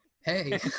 hey